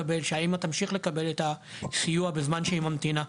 תמשיך לקבל את הסיוע בזמן שהיא ממתינה,